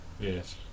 Yes